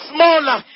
Smaller